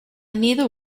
neither